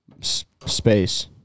space